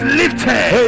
lifted